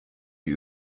sie